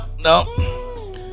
no